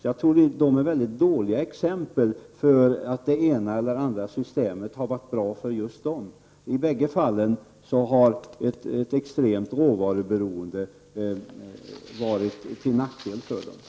Jag tror att de är mycket dåliga exempel på att det ena eller andra systemet skulle vara bra för dem. I bägge fallen har ett extremt råvaruberoende varit till nackdel för dem.